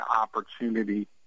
opportunity